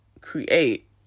create